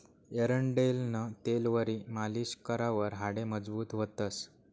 एरंडेलनं तेलवरी मालीश करावर हाडे मजबूत व्हतंस